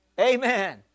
Amen